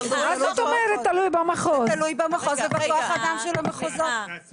בכל מקרה,